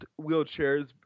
wheelchairs